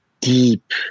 deep